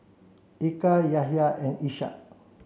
Eka Yahya and Ishak